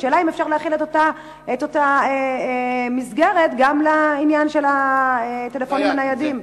השאלה היא אם אפשר להחיל את אותה מסגרת גם לעניין של הטלפונים הניידים.